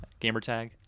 gamertag